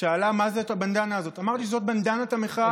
שאלה מה זאת הבנדנה הזאת, אמרתי שזאת בנדנת המחאה.